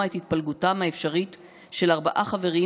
את התפלגותם האפשרית של ארבעה חברים,